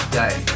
day